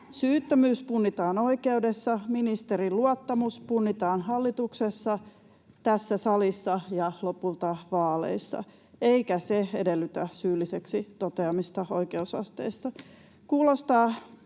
Syyttömyys punnitaan oikeudessa, ja ministerin luottamus punnitaan hallituksessa, tässä salissa ja lopulta vaaleissa, eikä se edellytä syylliseksi toteamista oikeusasteissa.